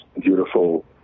beautiful